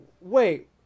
Wait